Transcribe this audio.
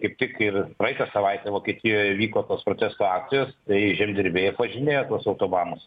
kaip tik ir praeitą savaitę vokietijoje vyko tos protesto akcijos tai žemdirbiai apvažinėja tuos autobanus